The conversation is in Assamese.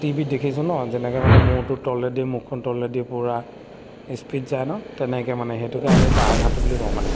টি ভিত দেখিছোঁ ন যেনেকৈ মানে মূৰটো তলেদি মুখখন তলেদি পূৰা স্পীড যায় ন তেনেকৈ মানে সেইটোকে আমি বাঘ সাঁতোৰ বুলি কওঁ মানে